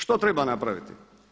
Što treba napraviti?